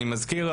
אני מזכיר,